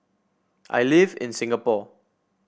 I live in Singapore